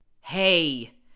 Hey